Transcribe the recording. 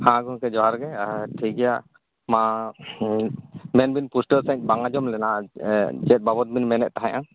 ᱦᱮᱸ ᱜᱚᱢᱠᱮ ᱡᱚᱦᱟᱨᱜᱮ ᱟᱨ ᱴᱷᱤᱠ ᱜᱮᱭᱟ ᱢᱟ ᱢᱮᱱᱵᱤᱱ ᱯᱩᱥᱴᱟᱹᱣ ᱥᱟᱺᱦᱤᱡ ᱵᱟᱝ ᱟᱸᱡᱚᱢ ᱞᱮᱱᱟ ᱪᱮᱫ ᱵᱟᱵᱚᱛ ᱵᱤᱱ ᱢᱮᱱᱮᱫ ᱛᱟᱦᱮᱸᱜᱼᱟ